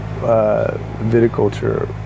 viticulture